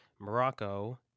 Morocco